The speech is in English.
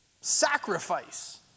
Sacrifice